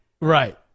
Right